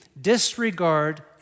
disregard